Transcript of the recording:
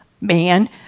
man